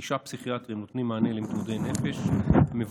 תשעה פסיכיאטרים נותנים מענה למתמודדי נפש מבוגרים,